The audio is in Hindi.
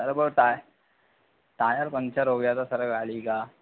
टाइ टायर पंचर हो गया था सर गाड़ी का